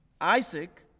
Isaac